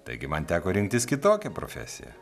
taigi man teko rinktis kitokią profesiją